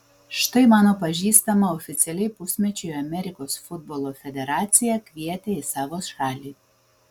štai mano pažįstamą oficialiai pusmečiui amerikos futbolo federacija kvietė į savo šalį